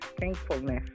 Thankfulness